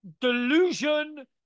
delusion